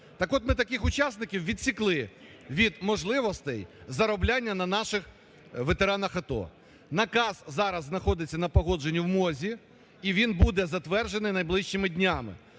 Так от ми таких учасників відсікли від можливостей заробляння на наших ветеранах АТО. Наказ зараз знаходиться на погодженні в МОЗ і він буде затверджений найближчими днями.